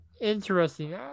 interesting